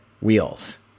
wheels